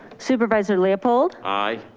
supervisor leopold. aye.